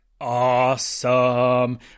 awesome